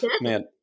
Man